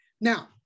Now